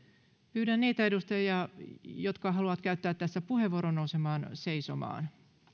pyydän niitä edustajia jotka haluavat käyttää tässä puheenvuoron nousemaan seisomaan